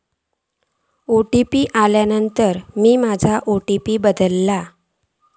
OTP इल्यानंतर मी माझो ओ.टी.पी बदललय